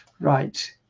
Right